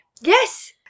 Yes